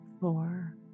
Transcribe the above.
four